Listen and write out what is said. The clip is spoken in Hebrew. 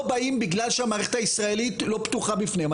באים בגלל שהמערכת הישראלית לא פתוחה בפניהם.